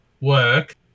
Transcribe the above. work